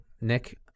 Nick